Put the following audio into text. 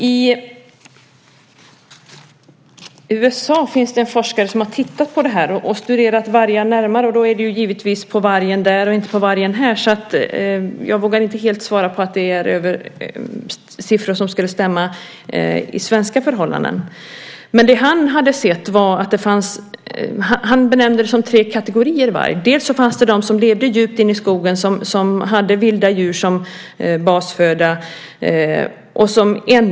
I USA har en forskare studerat vargen närmare. Det gäller naturligtvis varg där och inte varg här. Jag vågar inte helt svara för att det är siffror som skulle stämma för svenska förhållanden. Han säger att det finns tre kategorier av varg. Det finns de som lever djupt in i skogen och som har vilda djur som basföda.